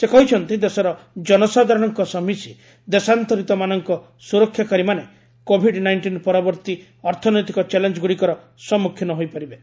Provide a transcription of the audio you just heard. ସେ କହିଛନ୍ତି ଦେଶର ଜନସାଧାରଣଙ୍କ ସହ ମିଶି ଦେଶାନ୍ତରିତମାନଙ୍କ ସୁରକ୍ଷାକାରୀମାନେ କୋଭିଡ୍ ନାଇଷ୍ଟିନ୍ ପରବର୍ତ୍ତୀ ଅର୍ଥନୈତିକ ଚ୍ୟାଲେଞ୍ଜଗୁଡ଼ିକର ସମ୍ମୁଖୀନ ହୋଇପାରିବେ